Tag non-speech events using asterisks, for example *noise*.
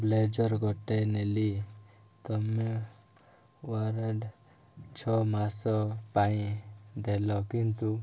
blazer ଗୋଟେ ନେଲି ତୁମେ *unintelligible* ଛଅ ମାସ ପାଇଁ ଦେଲ କିନ୍ତୁ